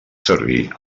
servir